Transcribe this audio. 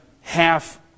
half